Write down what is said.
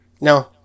No